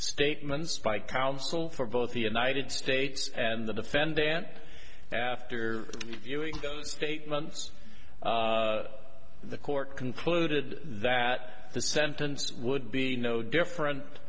statements by counsel for both the united states and the defendant after viewing the statements the court concluded that the sentence would be no different